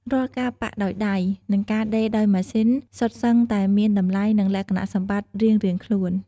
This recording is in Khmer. រាល់ការប៉ាក់ដោយដៃ និងការដេរដោយម៉ាស៊ីនសុទ្ធសឹងតែមានតម្លៃ និងលក្ខណៈសម្បត្តិរៀងៗខ្លួន។